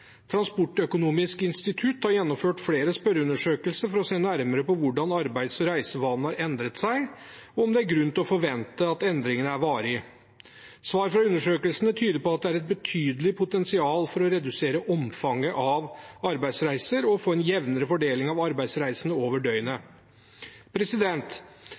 Transportøkonomisk institutt har gjennomført flere spørreundersøkelser for å se nærmere på hvordan arbeids- og reisevanene har endret seg og om det er grunn til å forvente at endringene er varige. Svar fra undersøkelsene tyder på at det er et betydelig potensial for å redusere omfanget av arbeidsreiser og få en jevnere fordeling av arbeidsreisene over døgnet.